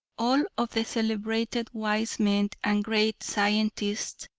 all of the celebrated wise men and great scientists,